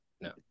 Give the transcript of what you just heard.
No